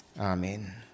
amen